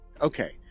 Okay